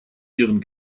ihren